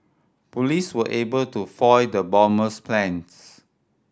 police were able to foil the bomber's plans